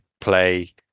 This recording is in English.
play